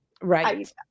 Right